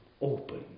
open